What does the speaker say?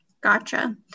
Gotcha